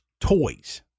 toys